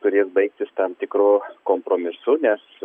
turės baigtis tam tikru kompromisu nes